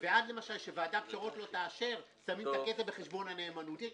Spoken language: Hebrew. ועד שוועדת --- לא תאשר שמים את הכסף בחשבון נאמנות.